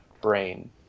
brain